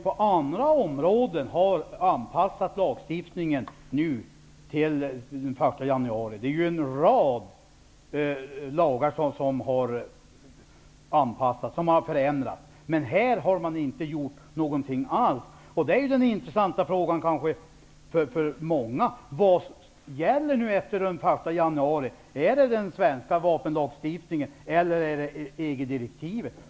På andra områden har vi anpassat lagstiftningen till den 1 januari -- det är ju en rad lagar som har förändrats --, men på det här området har det inte skett någonting alls. Många är därför intresserade av att få veta: Vad gäller efter den 1 januari, är det den svenska vapenlagstiftningen eller är det EG direktivet?